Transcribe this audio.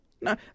No